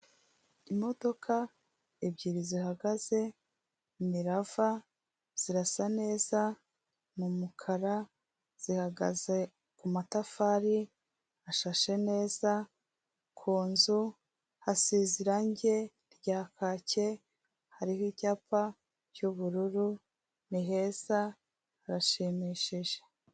Imodoka ebyiri zihagaze, ni rava, zirasa neza, ni umukara, zihagaze kumatafari ashashe neza, ku nzu hasize irangi rya kacye, hariho icyapa cy'ubururu ni heza harashimishije.